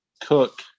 cook